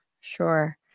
sure